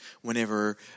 whenever